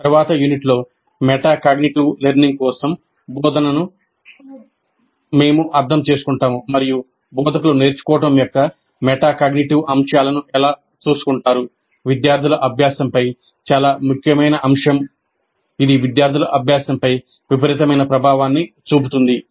తరువాతి యూనిట్లో metacognitive learning కోసం బోధనను మేము అర్థం చేసుకుంటాము మరియు బోధకులు నేర్చుకోవడం యొక్క మెటాకాగ్నిటివ్ అంశాలను ఎలా చూసుకుంటారు విద్యార్థుల అభ్యాసంపై చాలా ముఖ్యమైన అంశం ఇది విద్యార్థుల అభ్యాసంపై విపరీతమైన ప్రభావాన్ని చూపుతుంది